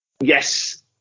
Yes